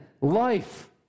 life